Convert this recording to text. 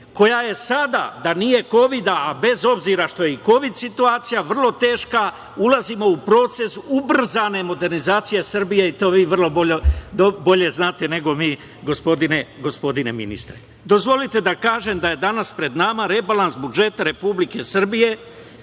koja je sada, da nije Kovida, a bez obzira što je i Kovid situacija vrlo teška ulazimo u proces ubrzane modernizacije Srbije. Vi to bolje znate nego mi gospodine ministre. Dozvolite da kažem da je danas pred nama rebalans budžeta Republike Srbije